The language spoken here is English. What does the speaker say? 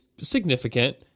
significant